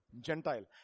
Gentile